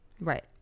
right